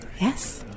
Yes